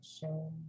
shame